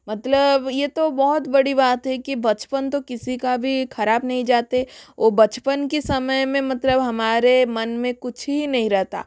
मतलब यह तो बहुत बड़ी बात है की बचपन तो किसी का भी ख़राब नहीं जाते है बचपन की समय में मतलब हमारे मन में कुछ ही नहीं रहता